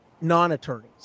non-attorneys